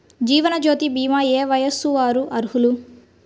జీవనజ్యోతి భీమా ఏ వయస్సు వారు అర్హులు?